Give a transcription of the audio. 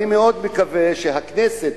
אני מאוד מקווה שהכנסת